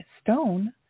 stone